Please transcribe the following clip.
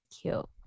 cute